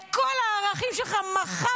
את כל הערכים שלך מכרת,